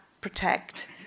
protect